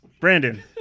brandon